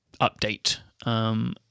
update